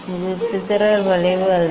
இது சிதறல் வளைவு அல்ல